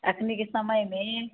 अखने के समय में